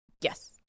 Yes